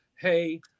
hey